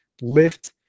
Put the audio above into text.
lift